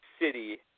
City